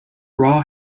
raw